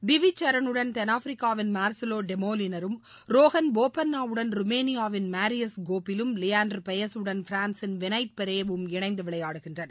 டிவிஜ் சரணுடன் தென்னாப்பிரிக்காவின் மார்ஸிலோடெமோலினரும் ரோகன் போப்பண்ணாவுடன் ருமேனியாவின் மேரியஸ் கோபிலும் லியாண்டர் பெயஸூடன் பிரான்ஸின் வினாய்ட் பேரே யும் இணைந்துவிளையாடுகின்றனர்